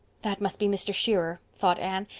that must be mr. shearer, thought anne.